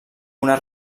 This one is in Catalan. una